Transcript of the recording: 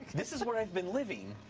this is where i've been living.